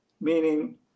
Meaning